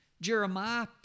Jeremiah